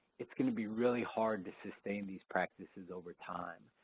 it's gonna be really hard to sustain these practices over time.